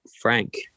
Frank